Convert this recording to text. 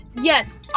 Yes